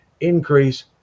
increase